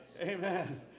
Amen